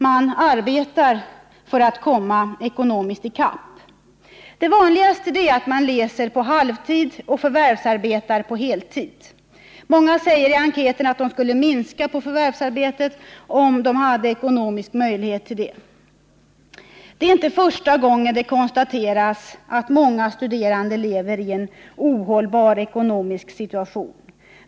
De arbetar för att komma i kapp ekonomiskt. Det vanligaste är att man läser på halvtid och förvärvsarbetar på heltid. Många säger i enkäten att de skulle minska på förvärvsarbetet om de hade ekonomisk möjlighet till det. Det är inte första gången det konstateras att många studerande lever i en ohållbar ekonomisk situation.